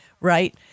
right